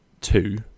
two